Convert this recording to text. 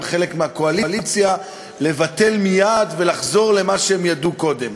חלק מהקואליציה לבטל מייד ולחזור למה שהם ידעו קודם.